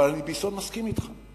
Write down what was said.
אבל אני ביסוד מסכים אתך.